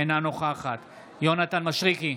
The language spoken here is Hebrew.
אינה נוכחת יונתן מישרקי,